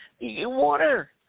Water